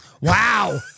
Wow